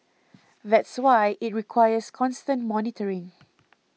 that's why it requires constant monitoring